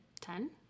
ten